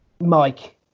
Mike